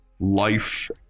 Life